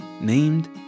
named